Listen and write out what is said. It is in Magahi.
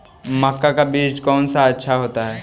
मक्का का बीज कौन सा अच्छा होता है?